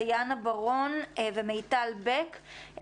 דיאנה בארון ומיטל בק,